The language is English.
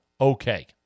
okay